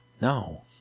No